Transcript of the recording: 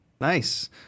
nice